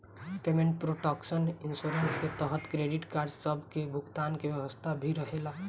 payment protection insurance के तहत credit card सब के भुगतान के व्यवस्था भी रहेला